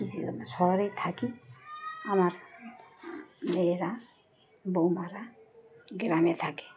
কৃষি শহরেই থাকি আমার মেয়েরা বউ মারা গ্রামে থাকে